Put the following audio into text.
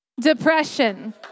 depression